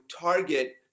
target